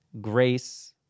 Grace